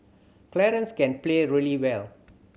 Clarence can play really well